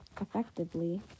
Effectively